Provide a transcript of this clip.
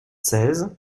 seize